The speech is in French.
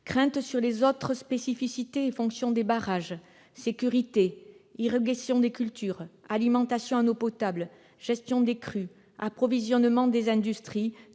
craintes quant aux autres spécificités et fonctions des barrages, telles que la sécurité, l'irrigation des cultures, l'alimentation en eau potable, la gestion des crues, l'approvisionnement des industries,